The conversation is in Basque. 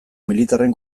militarren